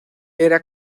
era